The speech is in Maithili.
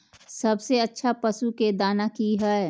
सबसे अच्छा पशु के दाना की हय?